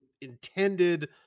intended